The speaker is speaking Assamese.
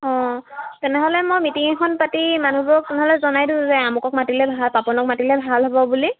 অঁ তেনেহ'লে মই মিটিং এখন পাতি মানুহবোৰক তেনেহ'লে জনাই দিওঁ যে আমুকক মাতিলে ভাল পাপনক মাতিলে ভাল হ'ব বুলি